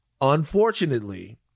Unfortunately